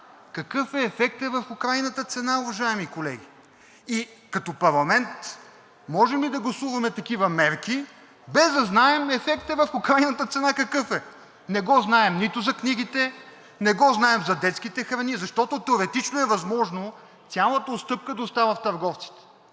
какъв е ефектът върху крайната цена, уважаеми колеги? И като парламент можем ли да гласуваме такива мерки, без да знаем ефекта върху крайната цена какъв е? Не го знаем нито за книгите, не го знаем за детските храни, защото теоретично е възможно цялата отстъпка да остава в търговците.